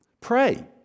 Pray